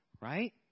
right